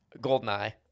Goldeneye